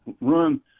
run